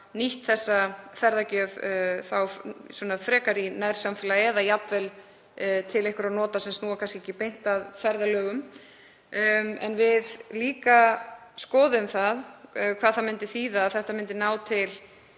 nýtt þessa ferðagjöf þá frekar í nærsamfélaginu eða jafnvel til einhverra nota sem snúa kannski ekki beint að ferðalögum. Við skoðuðum líka hvað það myndi þýða að þetta myndi ná til